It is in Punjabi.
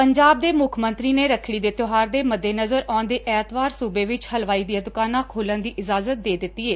ਪੰਜਾਬ ਦੇ ਮੁੱਖ ਮੰਤਰੀ ਨੇ ਰੱਖੜੀ ਦੇ ਤਿਓਹਾਰ ਦੇ ਮੱਦੇਨਜਰ ਆਉਂਦੇ ਐਤਵਾਰ ਸੂਬੇ ਵਿਚ ਹਲਵਾਈ ਦੀਆਂ ਦੁਕਾਨਾਂ ਖੋਲੁਣ ਦੀ ਇਜਾਜਤ ਦੇ ਦਿੱਤੀ ਏ